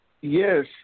Yes